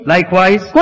Likewise